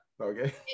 okay